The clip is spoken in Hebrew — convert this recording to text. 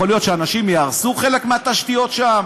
יכול להיות שאנשים יהרסו חלק מהתשתיות שם.